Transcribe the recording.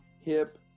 hip